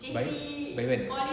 by by when